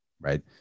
Right